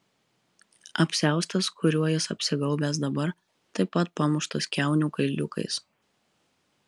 apsiaustas kuriuo jis apsigaubęs dabar taip pat pamuštas kiaunių kailiukais